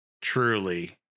Truly